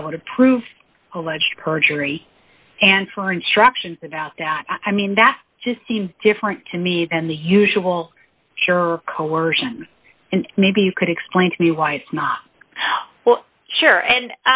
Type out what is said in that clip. be able to prove alleged perjury and for instructions about that i mean that just seems different to me than the usual sure coercion and maybe you could explain to me why it's not well sure